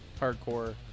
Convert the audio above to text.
hardcore